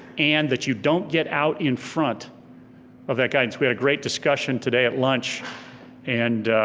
and that you don't get out in front of that guidance. we had a great discussion today at lunch and